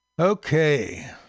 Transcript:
Okay